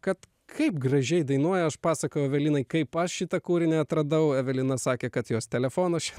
kad kaip gražiai dainuoja aš pasakojau evelinai kaip aš šitą kūrinį atradau evelina sakė kad jos telefonas čia